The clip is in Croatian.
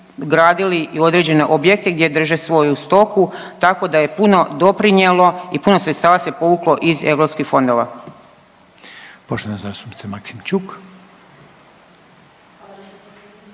gradili i određene objekte gdje drže svoju stoku tako da je puno doprinijelo i puno sredstava se povuklo iz europskih fondova.